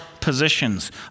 positions